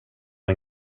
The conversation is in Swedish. det